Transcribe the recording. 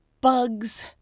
bugs